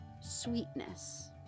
sweetness